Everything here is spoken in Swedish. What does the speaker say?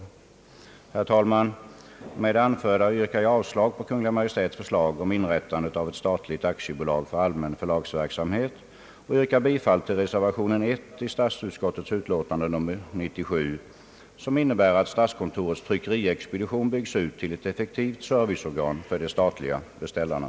Herr talman! Med det anförda yrkar jag avslag på Kungl. Maj:ts förslag om inrättandet av ett statligt aktiebolag för allmän förlagsverksamhet och yrkar bifall till reservation 1 i statsutskottets utlåtande nr 97, vilken innebär att statskontorets tryckeriexpedition byggs ut till ett effektivt serviceorgan för de statliga beställarna.